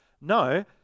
No